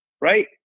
right